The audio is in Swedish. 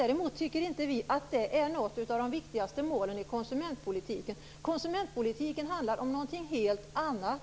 Däremot tycker vi inte att det här tillhör de viktigaste målen i konsumentpolitiken. Konsumentpolitiken handlar om något helt annat.